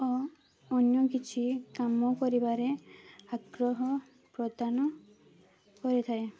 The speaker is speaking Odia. ଅନ୍ୟ କିଛି କାମ କରିବାରେ ଆଗ୍ରହ ପ୍ରଦାନ କରିଥାଏ